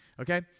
Okay